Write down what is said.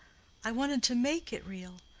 i wanted to make it real.